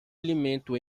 alimento